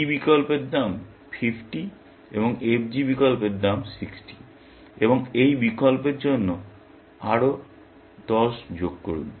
DE বিকল্পের দাম 50 FG বিকল্পের দাম 60 এবং এই বিকল্পের জন্য আরও 10 যোগ করুন